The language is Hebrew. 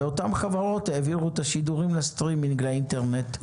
ואותן חברות העבירו את השידורים לסטרימינג לאינטרנט,